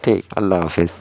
ٹھیک اللہ حافظ